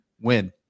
win